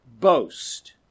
boast